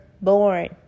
born